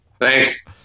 Thanks